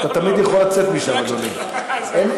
אתה תמיד יכול לצאת משם, אדוני.